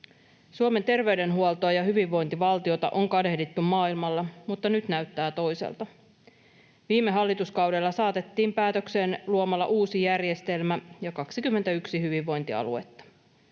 Suomen terveydenhuoltoa ja hyvinvointivaltiota on kadehdittu maailmalla, mutta nyt näyttää toiselta. Viime hallituskausi saatettiin päätökseen luomalla uusi järjestelmä ja 21 hyvinvointialuetta.